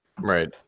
Right